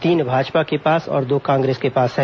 तीन भाजपा के पास और दो कांग्रेस के पास है